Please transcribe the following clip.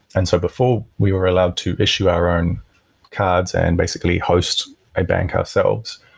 and so before we were allowed to issue our own cards and basically host a bank ourselves,